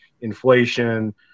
inflation